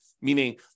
meaning